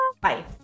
Bye